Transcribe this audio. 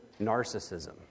narcissism